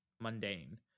mundane